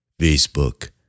Facebook